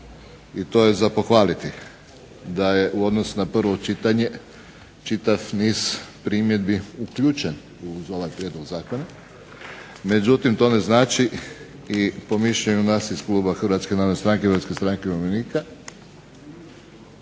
i to je za pohvaliti da je u odnosu na prvo čitanje čitav niz primjedbi uključen uz ovaj prijedlog zakona. Međutim, to ne znači i po mišljenju nas iz Kluba Hrvatske narodne stranke, Hrvatske stranke umirovljenika ne